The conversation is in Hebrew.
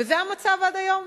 וזה המצב עד היום.